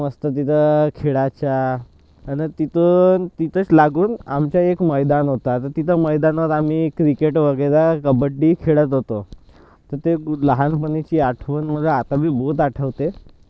मस्त तिथं खेळायचं अन तिथून तिथंच लागून आमचं एक मैदान होतं आता तिथं मैदानावर आम्ही क्रिकेट वगैरे कबड्डी खेळत होतो तर ते लहानपणीची आठवण मला आत्ता बी बहोत आठवते